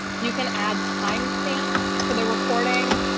you can add timestamps to the recording